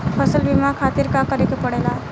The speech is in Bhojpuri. फसल बीमा खातिर का करे के पड़ेला?